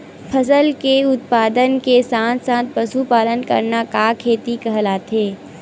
फसल के उत्पादन के साथ साथ पशुपालन करना का खेती कहलाथे?